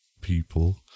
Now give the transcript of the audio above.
people